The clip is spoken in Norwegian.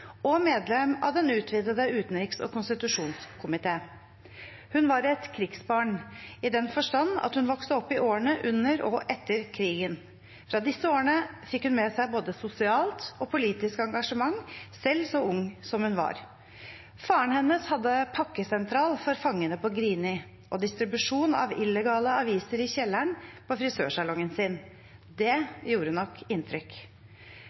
og medlem av den utvidede utenriks- og konstitusjonskomité. Hun var et krigsbarn, i den forstand at hun vokste opp i årene under og etter krigen. Fra disse årene fikk hun med seg både sosialt og politisk engasjement, selv så ung som hun var. Faren hennes hadde pakkesentral for fangene på Grini og distribusjon av illegale aviser i kjelleren på frisørsalongen sin. Det gjorde nok inntrykk.